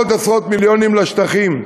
על עוד עשרות מיליונים לשטחים,